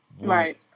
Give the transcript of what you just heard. Right